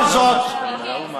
כל הזמן.